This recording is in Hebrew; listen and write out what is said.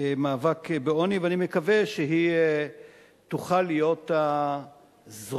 למאבק בעוני, ואני מקווה שהיא תוכל להיות הזרוע,